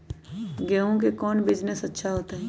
गेंहू के कौन बिजनेस अच्छा होतई?